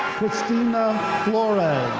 christina flores.